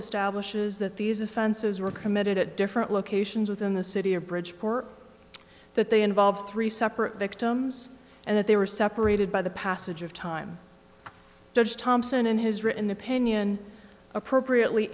establishes that these offenses were committed at different locations within the city or bridgeport that they involve three separate victims and that they were separated by the passage of time judge thompson in his written opinion appropriately